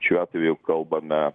šiuo atveju kalbame